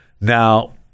now